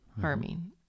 harming